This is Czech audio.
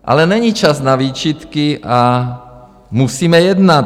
Ale není čas na výčitky a musíme jednat.